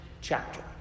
chapter